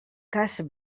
cas